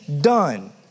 done